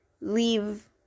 leave